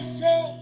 say